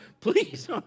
please